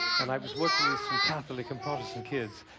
and i was working with some catholic and protestant kids